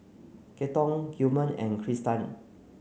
Kenton Gilmer and Krista